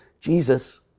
Jesus